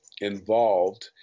involved